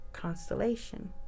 constellation